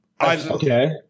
Okay